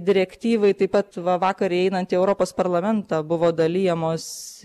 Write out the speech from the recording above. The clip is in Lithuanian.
direktyvai taip pat va vakar įeinant į europos parlamentą buvo dalijamos